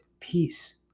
peace